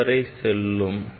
50 வரை செல்லும்